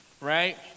right